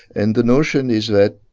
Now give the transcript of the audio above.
and the notion is that,